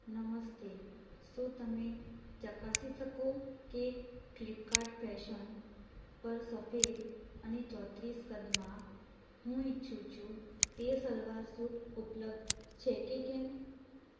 નમસ્તે શું તમે ચકાસી શકો કે ફ્લીપકાર્ટ ફેશન પર સફેદ અને ચોત્રીસ કદમાં હું ઈચ્છું છું તે સલવાર સૂટ ઉપલબ્ધ છે કે કેમ